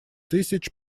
тысяч